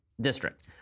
district